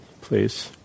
please